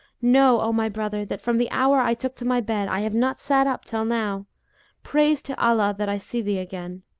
know, o my brother, that, from the hour i took to my bed, i have not sat up till now praise to allah that i see thee again